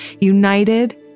united